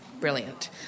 Brilliant